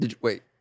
Wait